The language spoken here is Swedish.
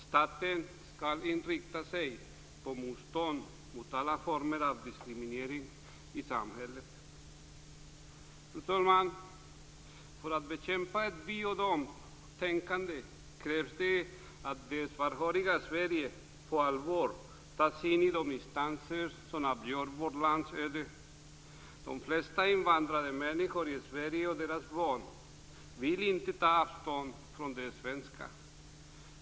Staten skall inrikta sig på motstånd mot alla former av diskriminering i samhället. Fru talman! För att bekämpa ett vi-och-detänkande krävs det att det svarthåriga Sverige på allvar tas in i de instanser som avgör vårt lands öde. De flesta invandrade människor och deras barn i Sverige vill inte ta avstånd från det svenska.